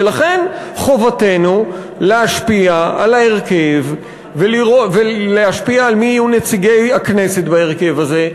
ולכן חובתנו להשפיע על ההרכב ולהשפיע מי יהיו נציגי הכנסת בהרכב הזה,